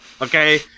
Okay